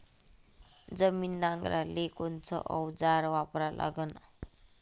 जमीन नांगराले कोनचं अवजार वापरा लागन?